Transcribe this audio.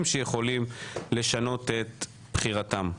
הם שיכולים לשנות את בחירתם.